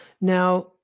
Now